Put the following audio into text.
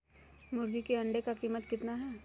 मुर्गी के अंडे का कीमत कितना है?